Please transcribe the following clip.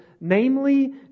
namely